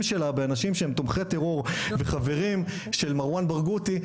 שלה באנשים שהם תומכי טרור וחברים של מרואן ברגותי,